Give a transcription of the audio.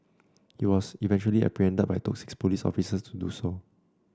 he was eventually apprehended but it took six police officers to do so